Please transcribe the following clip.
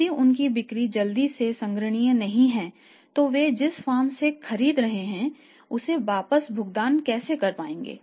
यदि उनकी बिक्री जल्दी से संग्रहणीय नहीं है तो वे जिस फर्म से खरीद रहे हैं उसे वापस भुगतान कैसे कर पाएंगे